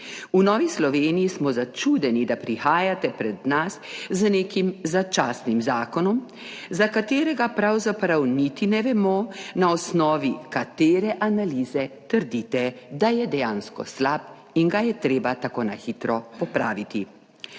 V Novi Sloveniji smo začudeni, da prihajate pred nas z nekim začasnim zakonom, za katerega pravzaprav niti ne vemo, na osnovi katere analize trdite, da je dejansko slab in ga je treba tako na hitro popraviti.